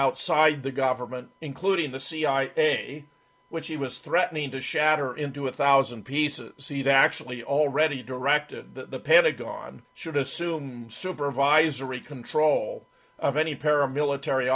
outside the government including the c i a which he was threatening to shatter into a thousand pieces the that actually already directed that the pentagon should assume supervisory control of any paramilitary